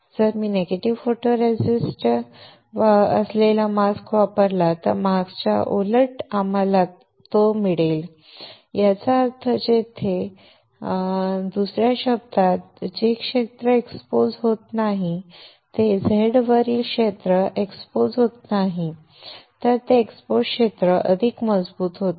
जर मी negative photoresist असलेला मास्क वापरला तर मास्कच्या उलट आम्हाला तो मिळेल याचा अर्थ येथे जर दुसर्या शब्दात जे क्षेत्र एक्सपोज होत नाही ते Z वरील क्षेत्र एक्सपोज होत नाही तर ते एक्सपोज क्षेत्र अधिक मजबूत होते